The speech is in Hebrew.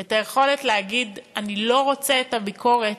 את היכולת להגיד: אני לא רוצה את הביקורת,